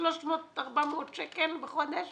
400 שקל לחודש